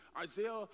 Isaiah